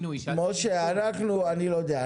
משה אנחנו, אני לא יודע.